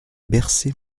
bercé